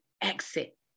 exit